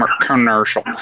commercial